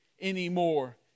anymore